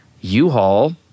U-Haul